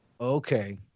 okay